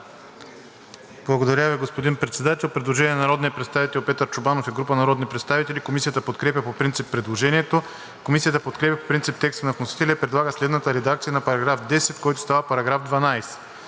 Благодаря Ви, господин Председател. Предложение на народния представител Петър Чобанов и група народни представители. Комисията подкрепя по принцип предложението. Комисията подкрепя по принцип текста на вносителя и предлага следната редакция на § 10, който става § 12 „§ 12.